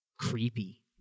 creepy